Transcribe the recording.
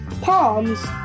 palms